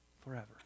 forever